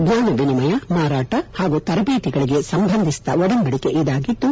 ಜ್ಞಾನ ವಿನಿಮಯ ಮಾರಾಟ ಹಾಗೂ ತರಬೇತಿಗಳಿಗೆ ಸಂಬಂಧಿಸಿದ ಒಡಂಬಡಿಕೆ ಇದಾಗಿದ್ದು